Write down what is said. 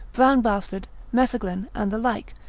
brownbastard, metheglen, and the like,